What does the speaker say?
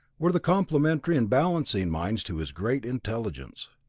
were the complimentary and balancing minds to his great intelligence.